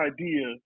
idea